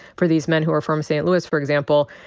for these men who are from st. louis, for example,